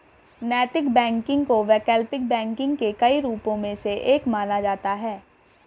नैतिक बैंकिंग को वैकल्पिक बैंकिंग के कई रूपों में से एक माना जाता है